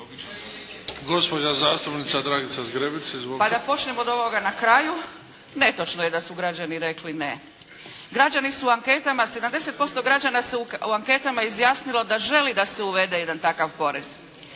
Pa da počnem od ovoga na kraju. Netočno je da su građani rekli ne. Građani su anketama, 70% građana se u anketama izjasnilo da želi da se uvede jedan takav porez.